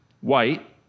white